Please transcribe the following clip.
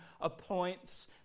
appoints